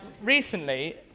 recently